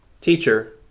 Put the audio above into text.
Teacher